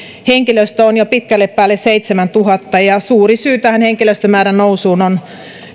henkilöstöä on jo pitkälle päälle seitsemäntuhatta suuri syy tähän henkilöstömäärän nousuun on